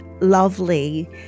lovely